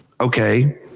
Okay